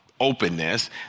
openness